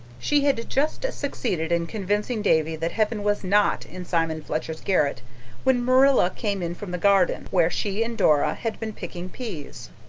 she had just succeeded in convincing davy that heaven was not in simon fletcher's garret when marilla came in from the garden, where she and dora had been picking peas.